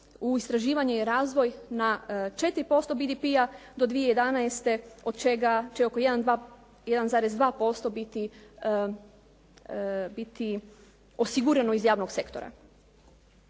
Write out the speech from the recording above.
u istraživanje i razvoj na 4% BDP-a do 2011. od čega će oko 1,2% biti osigurano iz javnog sektora.